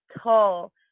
tall